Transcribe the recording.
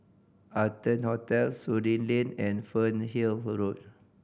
Arton Hotel Surin Lane and Fernhill Road